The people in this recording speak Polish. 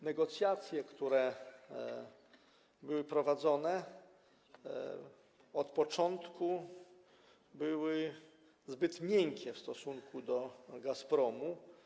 Negocjacje, które były prowadzone, od początku były zbyt miękkie w stosunku do Gazpromu.